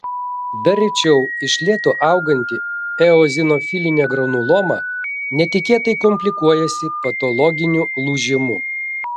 dar rečiau iš lėto auganti eozinofilinė granuloma netikėtai komplikuojasi patologiniu lūžimu